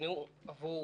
ניקנו עבור